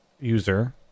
user